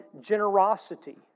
generosity